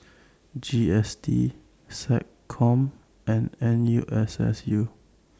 G S T Seccom and N U S S U